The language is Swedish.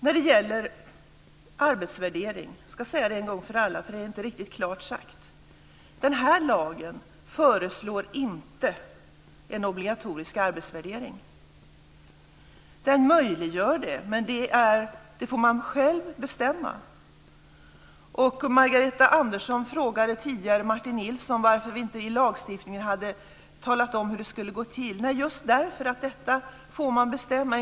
När det gäller arbetsvärdering ska jag säga en sak en gång för alla, eftersom det inte är riktigt klart sagt. Den här lagen föreslår inte en obligatorisk arbetsvärdering. Den möjliggör det, men man får själv bestämma. Margareta Andersson frågade tidigare Martin Nilsson varför vi inte i lagstiftningen hade talat om hur det skulle gå till. Det var just därför att detta får man bestämma själv.